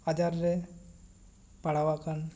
ᱟᱡᱟᱨ ᱨᱮ ᱯᱟᱲᱟᱣ ᱟᱠᱟᱱ